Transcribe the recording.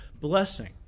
blessing